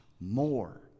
more